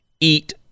eat